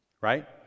Right